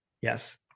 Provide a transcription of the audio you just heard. Yes